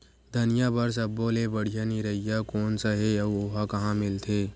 धनिया बर सब्बो ले बढ़िया निरैया कोन सा हे आऊ ओहा कहां मिलथे?